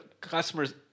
customers